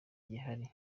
gihari